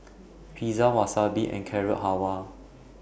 Pizza Wasabi and Carrot Halwa